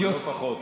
לא פחות.